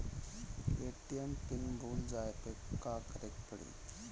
ATM pin भूल जाए पे का करे के पड़ी?